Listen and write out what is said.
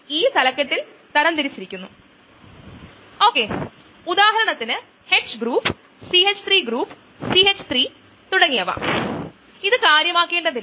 ഇത്തരത്തിലുള്ള കയ്നെറ്റിക്സ് നന്നായി മനസിലാക്കാൻ നമുക്ക് ഒരു പ്രോബ്ലം ചെയ്യാം തീർച്ചയായും മറ്റ് തരത്തിലുള്ള കയ്നെറ്റിക്സ് ഉണ്ട് എന്നാൽ ഈ കോഴ്സിൽ നമ്മൾ അത് നോക്കില്ല